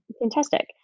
fantastic